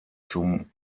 zum